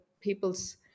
people's